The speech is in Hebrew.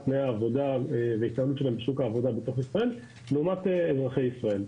תנאי העבודה וההתנהלות שלהם בשוק העבודה בתוך ישראל לעומת אזרחי ישראל.